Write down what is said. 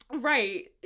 Right